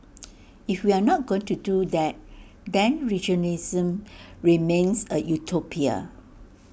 if we are not going to do that then regionalism remains A utopia